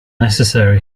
necessary